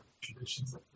traditions